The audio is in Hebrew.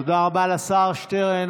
תודה רבה לשר שטרן.